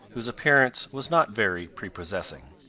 whose appearance was not very prepossessing.